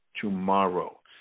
Tomorrow